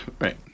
Right